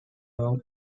long